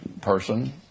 person